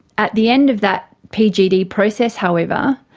at the end of that pgd process however,